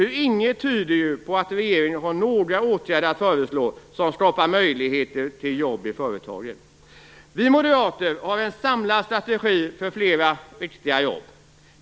Inget tyder på att regeringen har några åtgärder att föreslå som skapar möjligheter till jobb i företagen. Vi moderater har en samlad strategi för fler riktiga jobb.